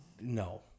No